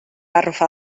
arrufar